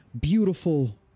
beautiful